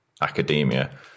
academia